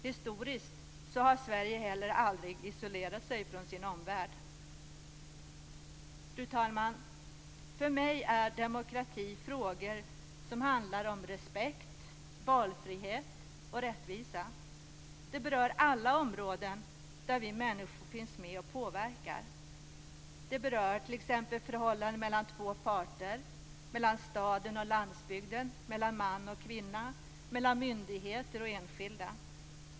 Historiskt har Sverige heller aldrig isolerat sig från sin omvärld. Fru talman! För mig är demokrati frågor som handlar om respekt, valfrihet och rättvisa. De berör alla områden där vi människor finns med och påverkar. De berör t.ex. förhållanden mellan två parter - mellan staden och landsbygden, mellan man och kvinna, mellan myndigheter och enskilda.